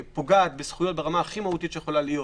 ופוגעת בזכויות ברמה כי מהותית שיכולה להיות: